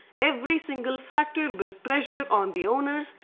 every single factor built pressure on the owners,